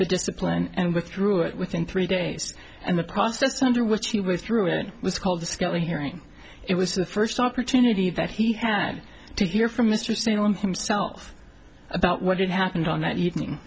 the discipline and withdrew it within three days and the process under which he was through it was called discovery hearing it was the first opportunity that he had to hear from mr salem himself about what had happened on that evening